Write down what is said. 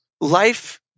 life